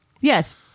Yes